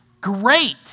great